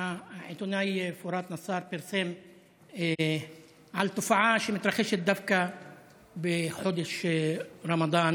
העיתונאי פוראת נסאר פרסם תופעה שמתרחשת דווקא בחודש רמדאן